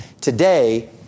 Today